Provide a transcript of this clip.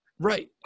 Right